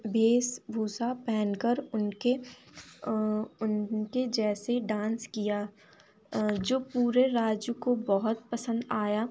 वेषभूषा पहनकर उनके उनके जैसे डांस किया जो पूरे राज्य को बहुत पसंद आया